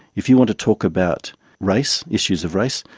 if you want to talk about race, issues of race,